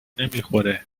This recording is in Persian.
نمیخوره